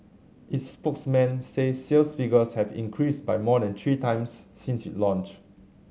its spokesman says sales figures have increased by more than three times since it launched